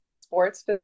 sports